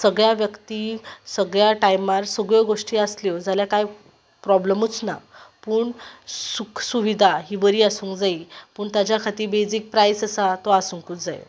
सगल्या व्यक्ती सगल्या टायमार सगल्यो गोश्टी आसल्यो जाल्या कांय प्रोब्लेमूच ना पूण सुखसुविदा ही बरी आसुकूंच जायी पूण ताजे खातीर बेजीक प्रायस आसा तो आसुकूंच जायो